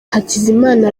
hakizimana